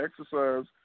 exercise